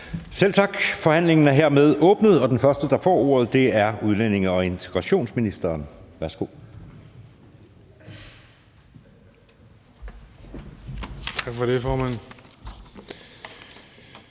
Selv tak. Forhandlingen er hermed åbnet, og den første, der får ordet, er udlændinge- og integrationsministeren. Værsgo. Kl. 16:10 Forhandling